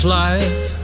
life